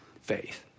faith